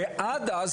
ועד אז,